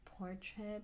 portrait